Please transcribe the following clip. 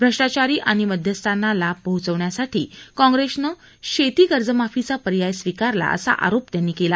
भ्रष्टाचारी आणि मध्यस्थांना लाभ पोहचवण्यासाठी काँग्रिसनं शेतीकर्जमाफीचा पर्याय स्वीकारला असा आरोप त्यांनी केला